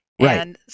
Right